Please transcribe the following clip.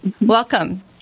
Welcome